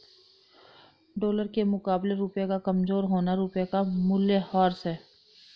dollar के मुकाबले रुपए का कमज़ोर होना रुपए का मूल्यह्रास है